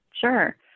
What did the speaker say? Sure